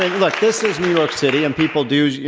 look, this is new york city. and people do you